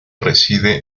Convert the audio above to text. reside